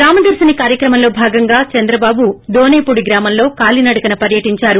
గ్రామదర్శిని కార్యక్రమంలో భాగంగా చంద్రబాబు దోసేపూడి గ్రామంలో కాలీనడకన పర్యటిందారు